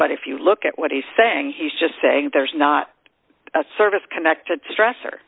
but if you look at what he's saying he's just saying there's not a service connected to stress or